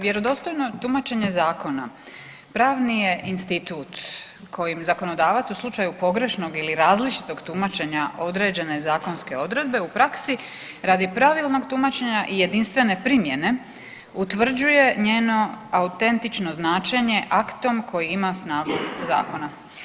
Vjerodostojno tumačenje zakona pravni je institut kojim zakonodavac u slučaju pogrešnog ili različitog tumačenja određene zakonske odredbe u praksi radi pravilnog tumačenja i jedinstvene primjene utvrđuje njeno autentično značenja aktom koji ima snagu zakona.